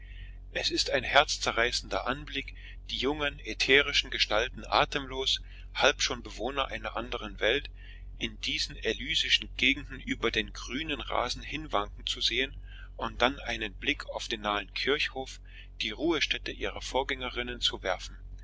es ist ein herzzerreißender anblick die jungen ätherischen gestalten atemlos halb schon bewohner einer anderen welt in diesen elysischen gegenden über den grünen rasen hinwanken zu sehen und dann einen blick auf den nahen kirchhof die ruhestätte ihrer vorgängerinnen zu werfen